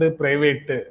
private